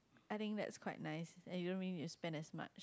I think that's quite nice and you really don't need to spend as much